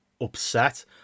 upset